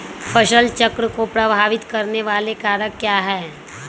फसल चक्र को प्रभावित करने वाले कारक क्या है?